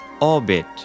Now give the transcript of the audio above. orbit